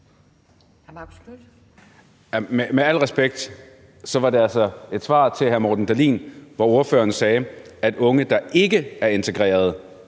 Med al respekt var det altså i et svar til hr. Morten Dahlin, at ordføreren sagde: At unge, der ikke er integrerede,